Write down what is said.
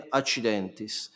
accidentis